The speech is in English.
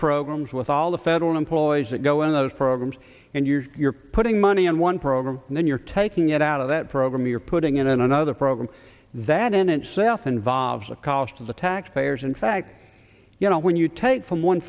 programs with all the federal employees that go in those programs and you're putting money in one program and then you're taking it out of that program you're putting in another program that in itself involves a cost of the taxpayers in fact you know when you take from one